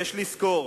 יש לזכור